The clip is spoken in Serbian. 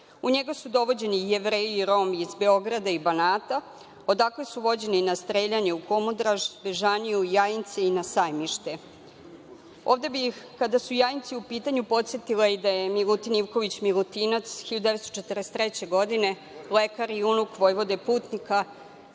U njega su dovođeni i Jevreji i Romi iz Beograda i Banata, odakle su vođeni na streljane u Kumodraž, Bežaniju, Jajince i na Sajmište. Ovde bih, kada su Jajinci u pitanju, podsetila i da je Milutin Ivković Milutinac, 1943. godine lekar i unuk Vojvode Putnika